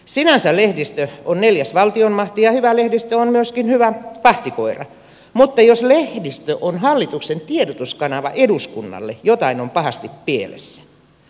sinänsä lehdistö on neljäs valtiomahti ja hyvä lehdistö on myöskin hyvä vahtikoira mutta jos lehdistö on hallituksen tiedotuskanava eduskunnalle jotain on pahasti pielessä